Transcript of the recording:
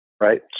Right